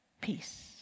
peace